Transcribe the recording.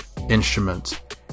instrument